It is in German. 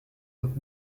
und